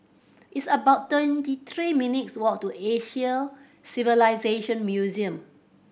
it's about twenty three minutes' walk to Asian Civilisation Museum